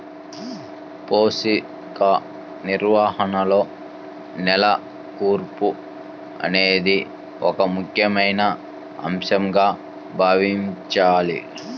పోషక నిర్వహణలో నేల కూర్పు అనేది ఒక ముఖ్యమైన అంశంగా భావించాలి